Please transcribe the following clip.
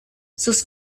sus